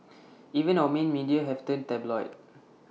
even our main media have turned tabloid